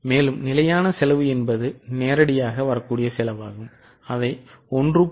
மேலும் நிலையான செலவு என்பது நேரடியாக வரக்கூடிய செலவாகும் அதை 1